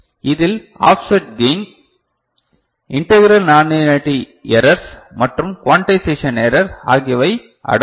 இதில் offset gain integral nonlinearity errors மற்றும் quantization error ஆகியவை அடங்கும்